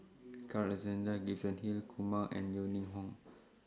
Carl Alexander Gibson Hill Kumar and Yeo Ning Hong